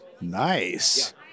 Nice